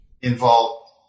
involved